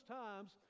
times